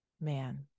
Man